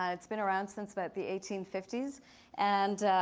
ah it's been around since about the eighteen fifty s. and